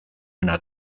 una